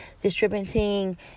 distributing